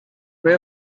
tre